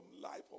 life